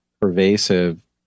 pervasive